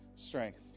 Strength